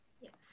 yes